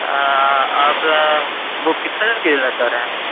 آپ بک کتنے دِن کے لیے لینا چاہ رہے ہیں